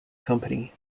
company